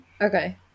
Okay